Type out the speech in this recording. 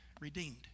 Redeemed